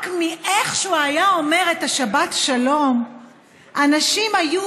רק מאיך שהוא היה אומר שבת שלום אנשים היו